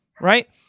Right